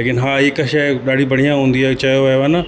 लेकिनि हा हिकु शइ ॾाढी बढ़िया हूंदी आहे चयो वियो आहे न